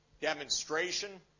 demonstration